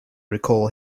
recall